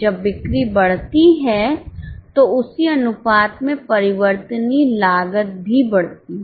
जब बिक्री बढ़ती है तो उसी अनुपात में परिवर्तनीय लागत भी बढ़ती है